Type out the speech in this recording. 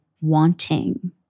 wanting